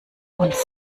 uns